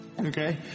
okay